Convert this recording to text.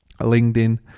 linkedin